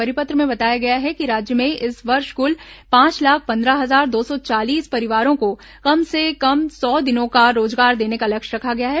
परिपत्र में बताया गया है कि राज्य में इस वर्ष कुल पांच लाख पंद्रह हजार दो सौ चालीस परिवारों को कम से कम सौ दिनों का रोजगार देने का लक्ष्य रखा गया है